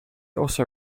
also